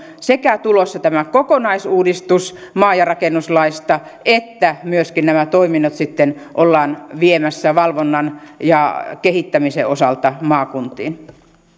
sekä on tulossa tämä kokonaisuudistus maankäyttö ja rakennuslaista että myöskin nämä toiminnot sitten ollaan viemässä valvonnan ja kehittämisen osalta maakuntiin